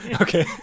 okay